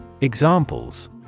Examples